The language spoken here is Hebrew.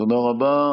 תודה רבה.